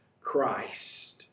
Christ